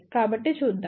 కాబట్టి చూద్దాం